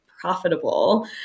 profitable